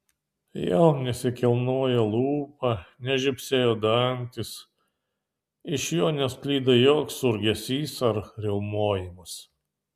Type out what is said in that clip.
jau nesikilnojo lūpa nežybsėjo dantys iš jo nesklido joks urzgesys ar riaumojimas